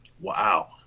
Wow